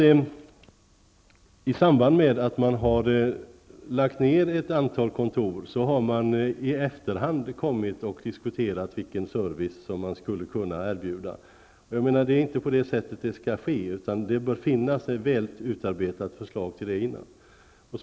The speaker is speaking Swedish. I samband med att posten har lagt ned ett antal kontor har man i efterhand diskuterat vilken service man skulle kunna erbjuda. Det är inte så det skall gå till, utan det bör finnas ett väl utarbetat förslag till det före nedläggningen.